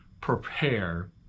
prepare